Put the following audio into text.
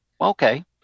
okay